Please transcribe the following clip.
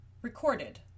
Recorded